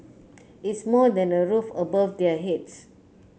it's more than a roof above their heads